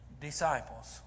disciples